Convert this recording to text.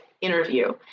interview